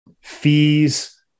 fees